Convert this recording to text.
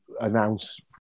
announce